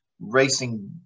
racing